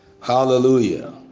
hallelujah